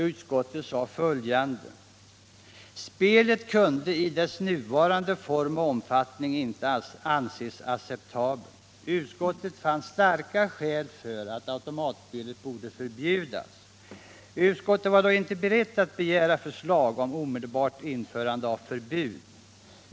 Utskottet sade att spelet kunde i dess nuvarande form och omfattning inte anses acceptabelt. Utskottet fann starka skäl för att automatspelet borde förbjudas. Utskottet var dock inte berett att begära förslag om omedelbart införande av förbud.